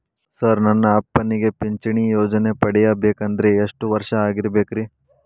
Sir ನನ್ನ ಅಪ್ಪನಿಗೆ ಪಿಂಚಿಣಿ ಯೋಜನೆ ಪಡೆಯಬೇಕಂದ್ರೆ ಎಷ್ಟು ವರ್ಷಾಗಿರಬೇಕ್ರಿ?